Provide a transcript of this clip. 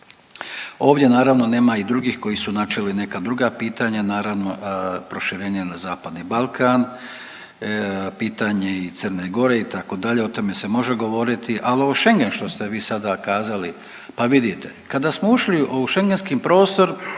Ovdje naravno nema i drugih koji su načeli neka druga pitanja, naravno proširenje na Zapadni Balkan, pitanje i Crne Gore itd. O tome se može govoriti, ali ovo Schengen što ste vi sada kazali. Pa vidite, kada smo ušli u Schengenski prostor